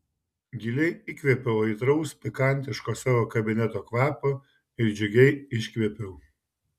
giliai įkvėpiau aitraus pikantiško savo kabineto kvapo ir džiugiai iškvėpiau